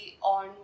on